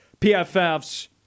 PFF's